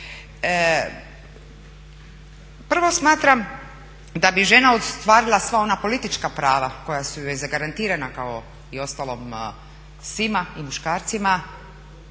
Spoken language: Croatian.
Prvo, smatram da bi žena ostvarila sva ona politička prava koja su joj zagarantirana kao i uostalom svima, i muškarcima,